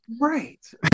Right